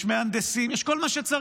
יש מהנדסים, יש כל מה שצריך.